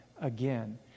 again